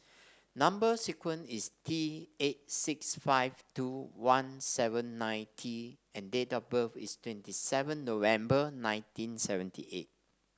number sequence is T eight six five two one seven nine T and date of birth is twenty seven November nineteen seventy eight